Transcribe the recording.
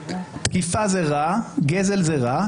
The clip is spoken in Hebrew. תקיפה זה רע, גזל זה רע.